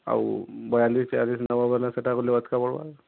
ଆଉ ବୟାଲିଶ୍ ଚାଲିଶ୍ ନେବେ ବୋଲେ ସେଟା ବୋଲେ ଅଧିକା ପଡ଼୍ବା